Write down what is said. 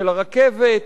של הרכבת,